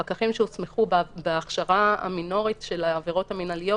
פקחים שהוסמכו בהכשרה המינורית של העבירות המנהליות,